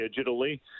digitally